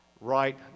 right